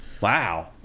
Wow